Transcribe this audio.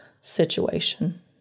situation